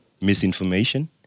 misinformation